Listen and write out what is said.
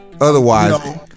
otherwise